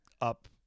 up